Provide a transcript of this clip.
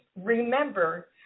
remember